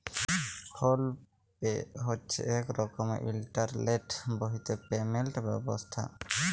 ফোল pay হছে ইক রকমের ইলটারলেট বাহিত পেমেলট ব্যবস্থা